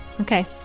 okay